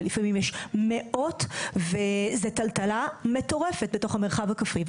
ולפעמים יש מאות וזה טלטלה מטורפת בתוך המרחב הכפרי.